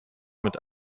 mit